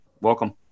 welcome